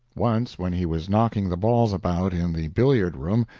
once when he was knocking the balls about in the billiard-room,